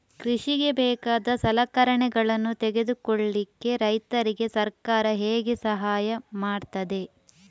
ಕೃಷಿಗೆ ಬೇಕಾದ ಸಲಕರಣೆಗಳನ್ನು ತೆಗೆದುಕೊಳ್ಳಿಕೆ ರೈತರಿಗೆ ಸರ್ಕಾರ ಹೇಗೆ ಸಹಾಯ ಮಾಡ್ತದೆ?